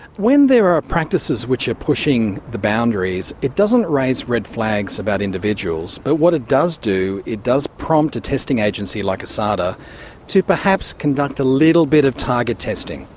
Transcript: when there are practices which are pushing the boundaries, it doesn't raise red flags about individuals, but what it does do, it does prompt a testing agency like asada to perhaps conduct a little bit of target testing.